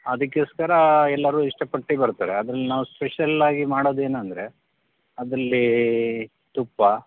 ಅದಕ್ಕೋಸ್ಕರ ಎಲ್ಲರೂ ಇಷ್ಟಪಟ್ಟು ಬರ್ತಾರೆ ಅದರಲ್ಲಿ ನಾವು ಸ್ಪೆಷಲ್ಲಾಗಿ ಮಾಡೋದೇನಂದ್ರೆ ಅದರಲ್ಲಿ ತುಪ್ಪ